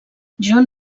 john